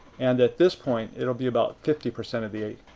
and at this point, it will be about fifty percent of the